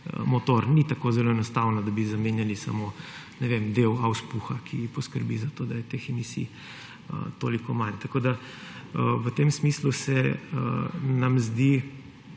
motor. Ni tako zelo enostavno, da bi zamenjali samo del auspuha, ki poskrbi za to, da je te emisij toliko manj. V tem smislu se nam zdi